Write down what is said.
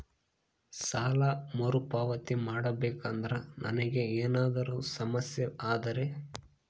ಸಾಲ ಮರುಪಾವತಿ ಮಾಡಬೇಕಂದ್ರ ನನಗೆ ಏನಾದರೂ ಸಮಸ್ಯೆ ಆದರೆ?